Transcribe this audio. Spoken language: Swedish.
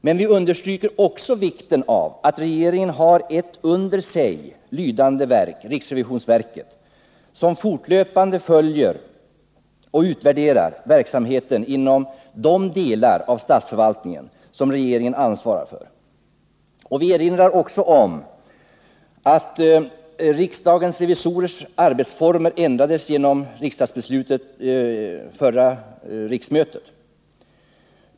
Men vi understryker vikten av att regeringen har ett under sig lydande verk, riksrevisionsverket, som fortlöpande följer och utvärderar verksamheten inom de delar av statsförvaltningen som regeringen ansvarar för. Vi erinrar också om att riksdagens revisorers arbetsformer ändrades genom beslut vid förra riksmötet.